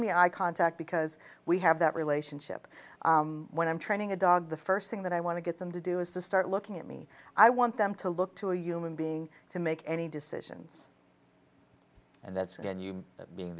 an eye contact because we have that relationship when i'm training a dog the first thing that i want to get them to do is to start looking at me i want them to look to a human being to make any decisions and that's again you being